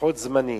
לפחות זמני.